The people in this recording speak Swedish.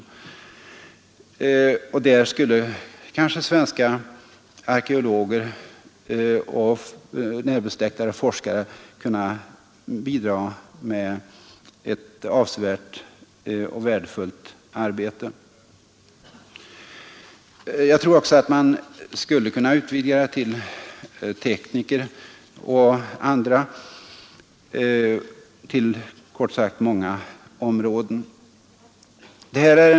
Där skulle kanske svenska arkeologer och med dem närbesläktade forskare kunna bidra med ett avsevärt och värdefullt arbete. Jag tror också att man skulle kunna utvidga arbetet till tekniker och andra — kort sagt till många områden.